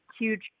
huge